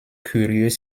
curieux